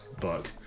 book